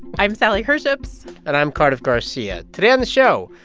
i'm sally herships and i'm cardiff garcia. today on the show,